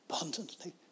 abundantly